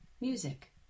music